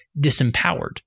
disempowered